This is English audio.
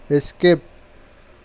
skip